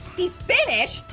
he's finnish?